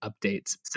updates